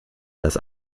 das